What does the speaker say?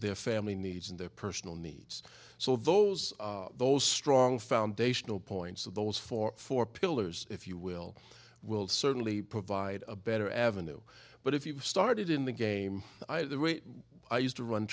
their family needs and their personal needs so those those strong foundational points of those four four pillars if you will will certainly provide a better avenue but if you've started in the game either way i used to run